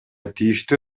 тийиштүү